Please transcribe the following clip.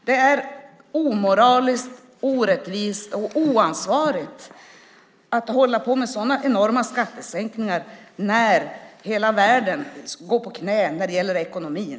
Det är omoraliskt, orättvist och oansvarigt att hålla på med sådana skattesänkningar när hela världen går på knä i ekonomin.